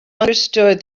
understood